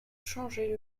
changer